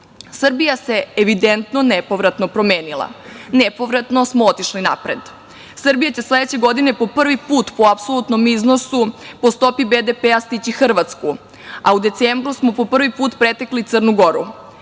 se evidentno nepovratno promenila, nepovratno smo otišli napred. Srbija će sledeće godine po prvi put po apsolutnom iznosu, po stopi BPD-a stići Hrvatsku, a u decembru smo po prvi put pretekli Crnu